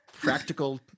practical